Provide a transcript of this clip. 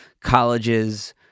colleges